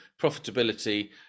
profitability